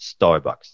Starbucks